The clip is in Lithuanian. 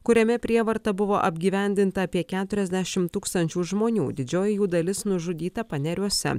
kuriame prievarta buvo apgyvendinta apie keturiasdešim tūkstančių žmonių didžioji jų dalis nužudyta paneriuose